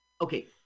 okay